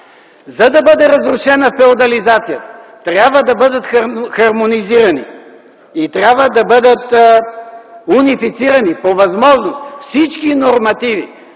за да бъде разрушена феодализацията, трябва да бъдат хармонизирани и трябва да бъдат унифицирани по възможност всички нормативи.